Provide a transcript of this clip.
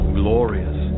glorious